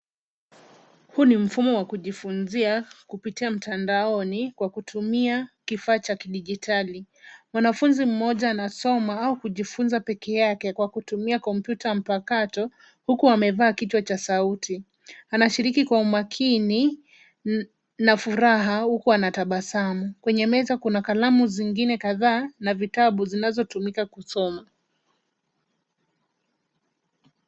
Huu ni mfumo wa kujifunzia kupitia mtandaoni kwa kutumia kifaa cha kidigitali. Mwanafunzi mmoja anasoma au kujifunza pekeake kwa kutumia kompyuta mpakato, huku amevaa kichwa cha sauti. Anashiriki kwa umakini na furaha huku anatabasamu. Kwenye meza kuna kalamu zingine kadhaa na vitabu zinazotumika kusoma.